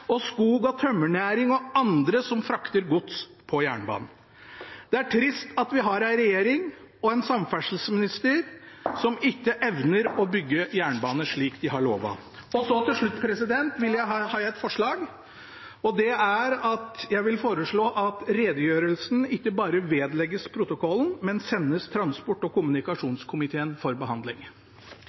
næringslivet, skog- og tømmernæringen og andre som frakter gods på jernbanen. Det er trist at vi har en regjering og en samferdselsminister som ikke evner å bygge jernbanen slik de har lovet. Til slutt vil jeg sette fram et forslag. Jeg vil foreslå at redegjørelsen ikke bare vedlegges protokollen, men sendes transport- og kommunikasjonskomiteen til behandling.